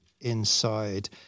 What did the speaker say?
inside